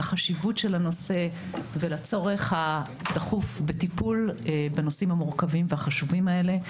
לחשיבות של הנושא ולצורך הדחוף בטיפול בנושאים המורכבים והחשובים האלה.